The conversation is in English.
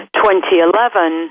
2011